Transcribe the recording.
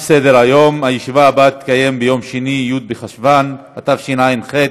בעד, 3,